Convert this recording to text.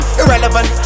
irrelevant